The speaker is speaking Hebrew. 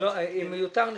מיותר?